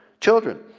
children.